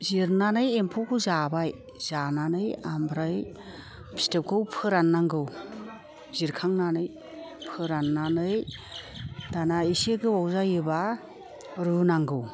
जिरनानै एम्फौखौ जाबाय जानानै ओमफ्राय फिथोबखौ फोराननांगौ जिरखांनानै फोराननानै दाना एसे गोबाव जायोबा रुनांगौ